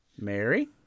Mary